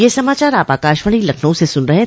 ब्रे क यह समाचार आप आकाशवाणी लखनऊ से सुन रहे हैं